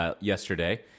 Yesterday